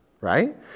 right